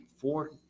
four